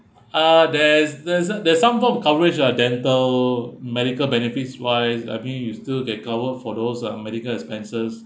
uh there's there's uh there's some form of coverage lah dental medical benefits wise I mean you still get cover for those uh medical expenses